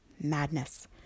Madness